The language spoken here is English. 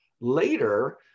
Later